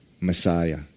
Messiah